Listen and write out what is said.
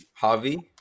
Javi